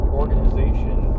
organization